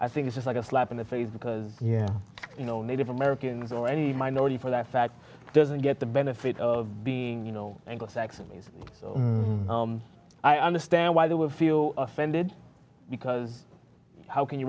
i think is just like a slap in the face because yeah you know native americans or any minority for that fact doesn't get the benefit of being you know anglo saxon means i understand why they would feel offended because how can you